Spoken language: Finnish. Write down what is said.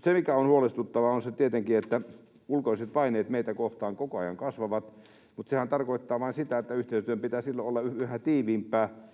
Se, mikä on huolestuttavaa, on tietenkin se, että ulkoiset paineet meitä kohtaan koko ajan kasvavat, mutta sehän tarkoittaa vain sitä, että yhteistyön pitää silloin olla yhä tiiviimpää